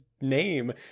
name